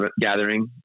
gathering